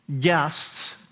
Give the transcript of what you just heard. guests